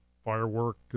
Firework